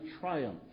triumph